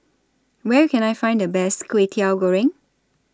Where Can I Find The Best Kwetiau Goreng